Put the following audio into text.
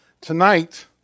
Tonight